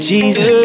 Jesus